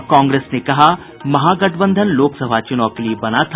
और कांग्रेस ने कहा महागठबंधन लोकसभा चुनाव के लिए बना था